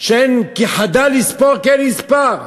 שהם "כי חדל לספֹּר כי אין מספר",